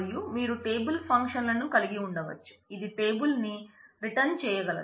మరియు మీరు టేబుల్ ఫంక్షన్లను కలిగి ఉండవచ్చు ఇది టేబుల్ ని రిటర్న్ చేయగలదు